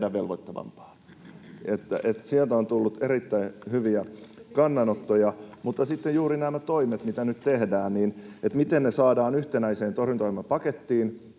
tehdä velvoittavampaa. Sieltä on tullut erittäin hyviä kannanottoja. Mutta miten sitten juuri nämä toimet, mitä nyt tehdään, saadaan yhtenäiseen torjuntaohjelmapakettiin,